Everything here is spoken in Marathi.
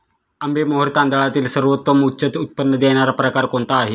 आंबेमोहोर तांदळातील सर्वोत्तम उच्च उत्पन्न देणारा प्रकार कोणता आहे?